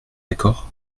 d’accord